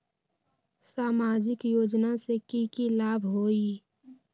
सामाजिक योजना से की की लाभ होई?